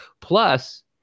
Plus